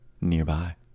nearby